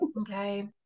Okay